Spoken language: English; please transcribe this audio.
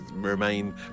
remain